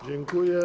Dziękuję.